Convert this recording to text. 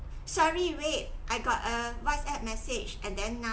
sorry wait I got a whatsapp message and then now